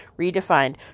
redefined